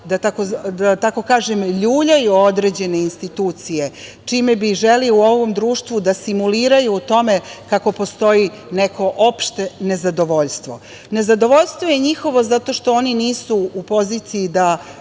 da ljuljaju određene institucije, čime bi želeli u ovom društvu da simuliraju u tome kako postoji neko opšte nezadovoljstvo. Nezadovoljstvo je njihovo zato što oni nisu u poziciji da,